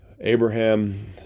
Abraham